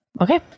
Okay